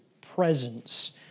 presence